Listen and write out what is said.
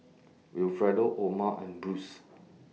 Wilfredo Oma and Bruce